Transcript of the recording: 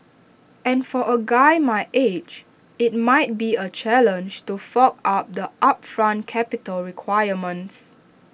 and for A guy my age IT might be A challenge to fork out the upfront capital requirements